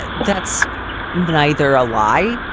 that's neither a lie,